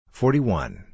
forty-one